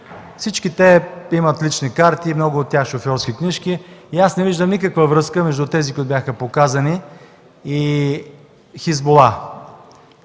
Всички те имат лични карти и много от тях – шофьорски книжки, и аз не виждам никаква връзка между тези, които бяха показани, и „Хизбула”.